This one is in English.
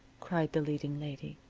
cried the leading lady.